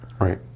Right